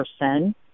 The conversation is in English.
person